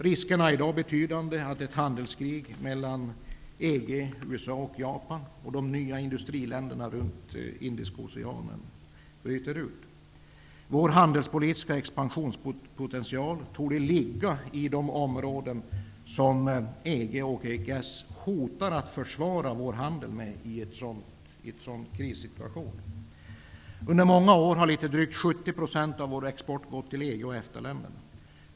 Riskerna är i dag betydande att ett handelskrig mellan EG, USA, Japan och de nya industriländerna runt Indiska oceanen bryter ut. Vår handelspolitiska expansionspotential torde ligga i de områden där EG och EES hotar att försvåra vår handel i en krissituation. Under många år har drygt 70 % av vår export gått till EG och EFTA-länderna.